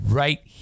right